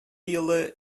елы